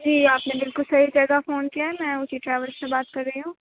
جی آپ نے بالکل صحیح جگہ فون کیا ہے میں او ٹی ٹریول سے بات کر رہی ہوں